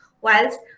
whilst